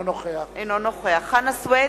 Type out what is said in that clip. אינו נוכח חנא סוייד,